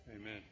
Amen